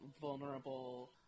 vulnerable